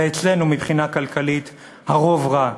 ואצלנו מבחינה כלכלית הרוב רע?